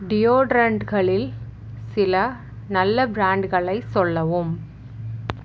டியோடரண்ட்களில் சில நல்ல பிரான்ட்களை சொல்லவும்